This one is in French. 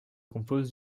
compose